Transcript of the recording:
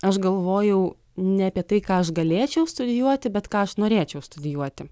aš galvojau ne apie tai ką aš galėčiau studijuoti bet ką aš norėčiau studijuoti